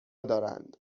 دارند